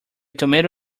tomato